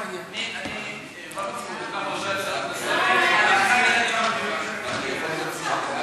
הרווחה והבריאות נתקבלה.